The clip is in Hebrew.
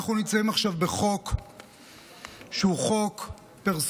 אנחנו נמצאים עכשיו בדיון על חוק שהוא חוק פרסונלי.